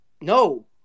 No